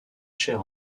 cher